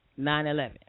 9-11